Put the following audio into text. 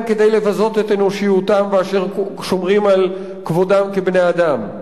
כדי לבזות את אנושיותם ואשר שומרים על כבודם כבני-אדם.